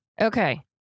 Okay